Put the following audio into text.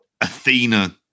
Athena